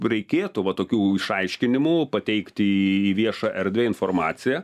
reikėtų va tokių išaiškinimų pateikti į į viešą erdvę informaciją